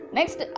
Next